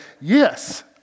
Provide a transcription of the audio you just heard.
Yes